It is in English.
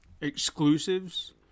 exclusives